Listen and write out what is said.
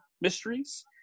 mysteries